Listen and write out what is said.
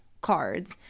cards